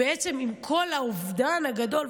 עם כל האובדן הגדול,